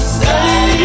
Stay